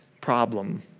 problem